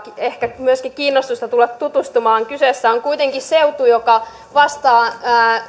ehkä myöskin kiinnostusta tulla tutustumaan kyseessä on kuitenkin seutu joka vastaa